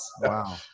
Wow